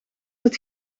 het